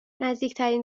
نزدیکترین